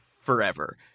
forever